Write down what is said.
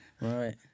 Right